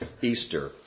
Easter